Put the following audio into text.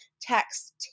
text